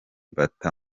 bata